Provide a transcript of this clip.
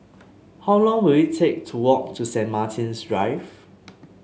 how long will it take to walk to Saint Martin's Drive